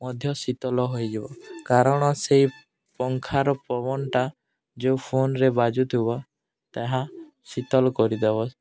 ମଧ୍ୟ ଶୀତଲ ହୋଇଯିବ କାରଣ ସେଇ ପଙ୍ଖାର ପବନଟା ଯେଉଁ ଫୋନରେ ବାଜୁଥିବ ତାହା ଶୀତଲ କରିଦେବ